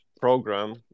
program